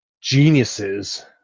geniuses